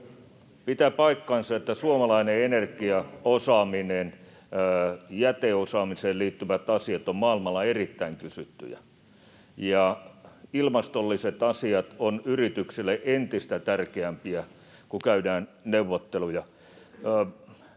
Pitää paikkansa, että suomalainen energiaosaaminen, jäteosaamiseen liittyvät asiat ovat maailmalla erittäin kysyttyjä ja ilmastolliset asiat ovat yrityksille entistä tärkeämpiä, kun käydään neuvotteluja.